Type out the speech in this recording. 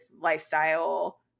lifestyle